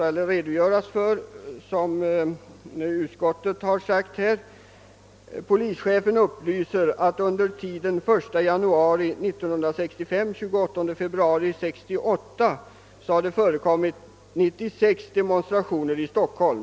Enligt uppgift från polischefen har under tiden 1 januari 1965—28 februari 1968 förekommit 96 demonstrationer i Stockholm.